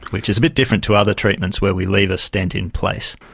which is a bit different to other treatments where we leave a stent in place.